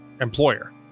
employer